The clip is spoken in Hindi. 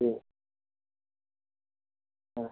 जी हाँ